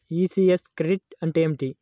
ECS credit అంటే ఏమిటి?